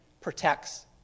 protects